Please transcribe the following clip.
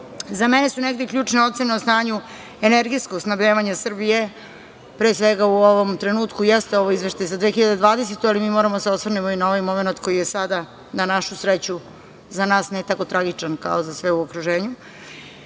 za mene su negde ključne ocene o stanju energetskog snabdevanja Srbije, pre svega u ovom trenutku jeste ovo izveštaj za 2020. godinu, ali mi moramo da se osvrnemo i na ovaj momenat koji je sada na našu sreću za nas ne tako tragičan kao za sve u okruženju. Dostigli